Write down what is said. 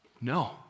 No